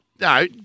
No